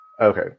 Okay